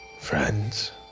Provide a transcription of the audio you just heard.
friends